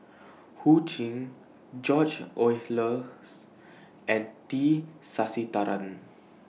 Ho Ching George Oehlers and T Sasitharan